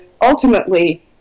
ultimately